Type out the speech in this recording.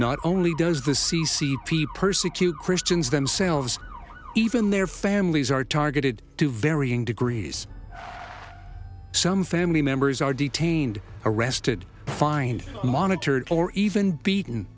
not only does the c c p persecute christians themselves even their families are targeted to varying degrees some family members are detained or arrested fined monitored or even beat